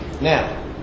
now